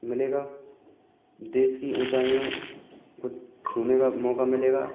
मिलेगा देश की ऊँचाईयों को छूने का मौका मिलेगा